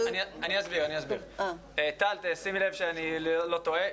טל, תשימי לב שאני לא טועה.